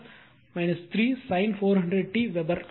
sin 400 t weber